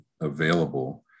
available